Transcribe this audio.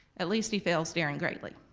at least he fails daring greatly.